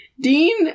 Dean